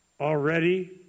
already